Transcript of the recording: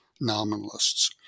nominalists